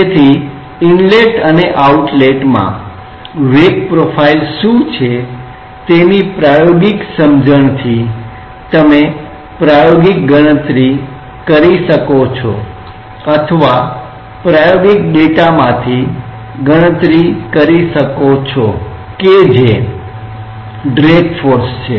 તેથી ઇનલેટ અને આઉટલેટમાં વેગ પ્રોફાઇલ શું છે તેની પ્રાયોગિક સમજણથી તમે પ્રાયોગિક રીતે ગણતરી કરી શકો છો અથવા પ્રાયોગિક ડેટામાંથી ગણતરી કરી શકો છો કે ડ્રેગ ફોર્સ શું છે